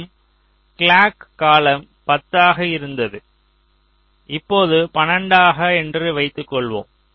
நம் கிளாக் காலம் 10 ஆக இருந்தது இப்போது 12 என்று வைத்துக் கொள்வோம்